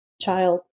child